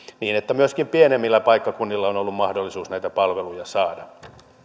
niin että myöskin pienemmillä paikkakunnilla on ollut mahdollisuus näitä palveluja saada